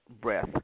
breath